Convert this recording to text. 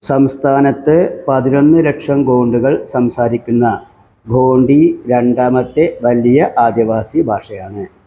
സംസ്ഥാനത്ത് പതിനൊന്ന് ലക്ഷം ഗോണ്ടുകൾ സംസാരിക്കുന്ന ഗോണ്ടി രണ്ടാമത്തെ വലിയ ആദിവാസി ഭാഷയാണ്